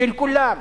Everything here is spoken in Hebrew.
של כולם,